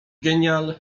genial